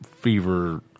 fever